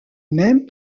même